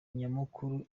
nyamukuru